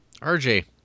RJ